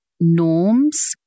norms